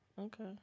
okay